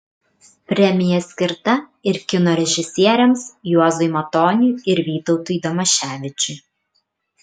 premija skirta ir kino režisieriams juozui matoniui ir vytautui damaševičiui